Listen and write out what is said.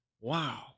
Wow